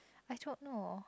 I don't know